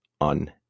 on